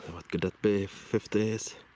what could that be fifty s?